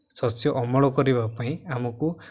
ଶସ୍ୟ ଅମଳ କରିବା ପାଇଁ ଆମକୁ